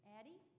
Addie